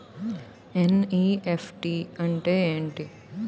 NEFT అంటే ఎంటి?